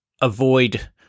avoid